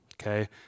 Okay